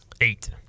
eight